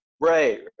right